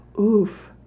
oof